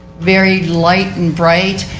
very light and bright.